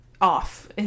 off